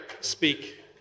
speak